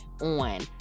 on